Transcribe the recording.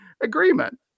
agreement